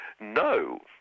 no